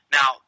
Now